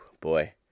boy